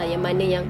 ah